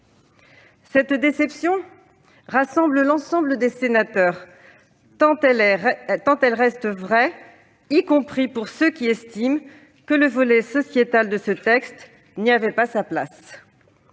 Cette déception rassemble l'ensemble des sénateurs tant elle reste vraie, y compris pour ceux qui estiment que le volet sociétal de ce texte n'y avait pas sa place.